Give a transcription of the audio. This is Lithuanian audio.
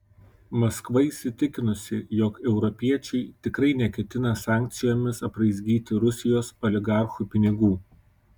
maskva įsitikinusi jog europiečiai tikrai neketina sankcijomis apraizgyti rusijos oligarchų pinigų